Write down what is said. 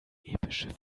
epische